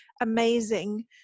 amazing